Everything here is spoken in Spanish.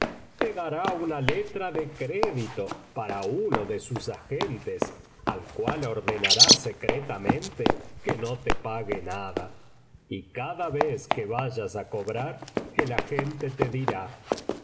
te dará una letra de crédito para uno de sus agentes al cual ordenará secretamente que no te pague nada y cada vez que vayas á cobrar el agente te dirá